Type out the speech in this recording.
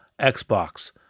Xbox